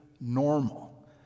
normal